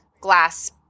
glass